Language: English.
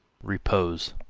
repose,